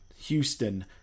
Houston